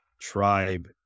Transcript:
tribe